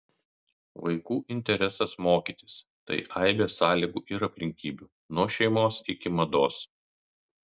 vaikų interesas mokytis tai aibė sąlygų ir aplinkybių nuo šeimos iki mados